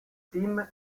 team